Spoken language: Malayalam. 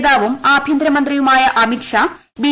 നേതാവും ആഭ്യന്തരമന്ത്രിയുമായ അമിത്ഷാ ബി